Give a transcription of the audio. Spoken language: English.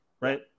right